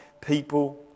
people